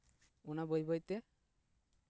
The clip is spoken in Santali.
ᱚᱱᱟ ᱵᱟᱹᱭ ᱵᱟᱹᱭ ᱛᱮ